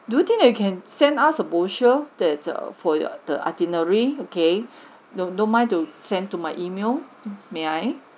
do you think that you can send us a brochure that err for your the itinerary okay do do you mind to send to my email may I